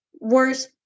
worse